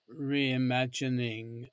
reimagining